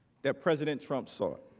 that president trump sought.